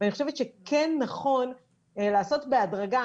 ואני חושבת שכן נכון לעשות בהדרגה.